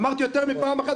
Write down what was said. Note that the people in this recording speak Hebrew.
אמרתי יותר מפעם אחת,